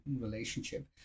relationship